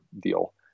deal